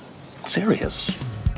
serious